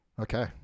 Okay